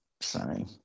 Sorry